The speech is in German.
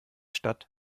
stadt